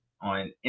on